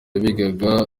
bigaga